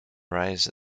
rise